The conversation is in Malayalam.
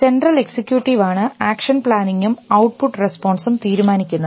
സെൻട്രൽ എക്സിക്യൂട്ടീവ് ആണ് ആക്ഷൻ പ്ലാനിങ്ങും ഔട്ട്പുട്ട് റസ്പോൺസും തീരുമാനിക്കുന്നത്